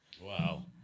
Wow